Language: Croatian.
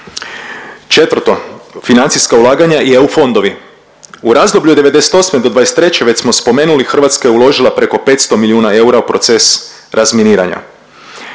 Četvrto, financijska ulaganja i EU fondovi. U razdoblju od '98. do '23. već smo spomenuli Hrvatska je uložila preko 500 milijuna eura u proces razminiranja.